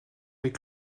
des